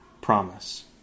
promise